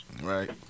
Right